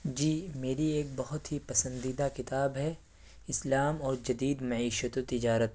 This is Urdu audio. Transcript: جی میری ایک بہت ہی پسندیدہ کتاب ہے اسلام اور جدید معیشت و تجارت